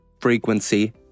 Frequency